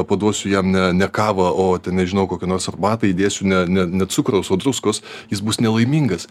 paduosiu jam ne ne kavą o ten nežinau į kokią nors arbatą įdėsiu ne ne ne cukraus o druskos jis bus nelaimingas